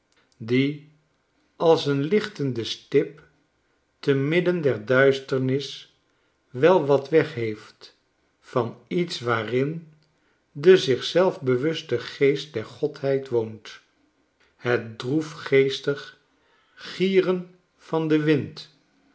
die als een lichtende stip te midden der duisternis wel wat wegheef t van iets waarin de zichzelf bewuste geest der godheid woont het droefgeestig gieren van den wind